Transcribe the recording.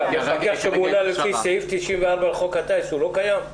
מפקח שמונה לפי סעיף 94 לחוק הטיס, הוא לא קיים?